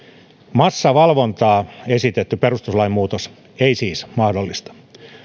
massavalvontaa ei esitetty perustuslain muutos siis mahdollista